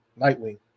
Nightwing